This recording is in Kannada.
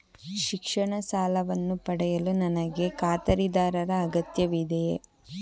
ಶಿಕ್ಷಣ ಸಾಲವನ್ನು ಪಡೆಯಲು ನನಗೆ ಖಾತರಿದಾರರ ಅಗತ್ಯವಿದೆಯೇ?